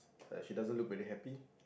uh she doesn't look very happy